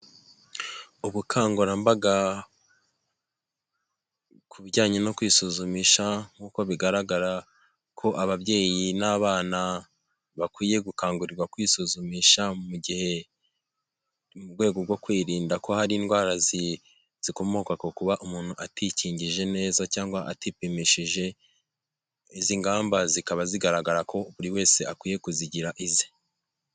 Ubukangurambaga ku bijyanye no kwisuzumisha nk'uko bigaragara ko ababyeyi n'abana bakwiye gukangurirwa kwisuzumisha mu gihe mu rwego rwo kwirinda ko hari indwara zikomoka ku kuba umuntu atikingije neza cyangwa atipimishije. Izi ngamba zikaba zigaragara ko buri wese akwiye kuzigira ize.